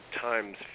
times